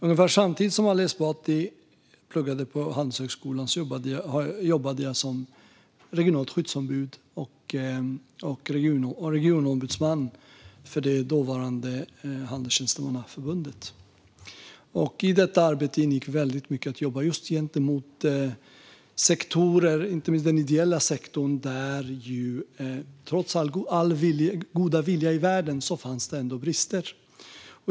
Ungefär samtidigt som Ali Esbati pluggade på Handelshögskolan jobbade jag som regionalt skyddsombud och regionombudsman för dåvarande Handelstjänstemannaförbundet. I detta arbete ingick väldigt mycket att arbeta inte minst gentemot den ideella sektorn, och trots all god vilja i världen fanns där ändå brister.